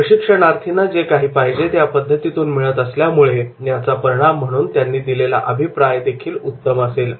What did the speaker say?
प्रशिक्षणार्थींना जे काही पाहिजे ते या पद्धतीतून मिळत असल्यामुळे याचा परिणाम म्हणून त्यांनी दिलेला अभिप्राय देखील उत्तम असेल